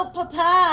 papa